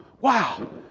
wow